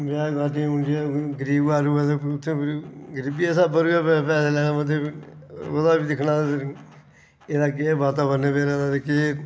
ब्याहें कार्जें कूर्जें गरीब आदमी होऐ ते उत्थै फिर गरीबी दे स्हाबा पर गै पैसे लैने पौंदे ओह्दा बी दिक्खना एह्दा केह् वातावरण ऐ बेचारे दा ते केह्